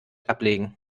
ablegen